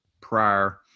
prior